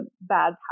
bad